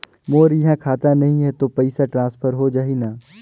मोर इहां खाता नहीं है तो पइसा ट्रांसफर हो जाही न?